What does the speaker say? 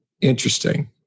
interesting